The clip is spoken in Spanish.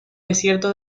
desierto